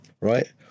right